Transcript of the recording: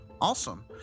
Awesome